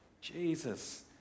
jesus